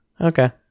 Okay